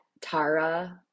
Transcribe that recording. Tara